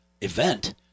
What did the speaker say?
event